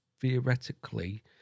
Theoretically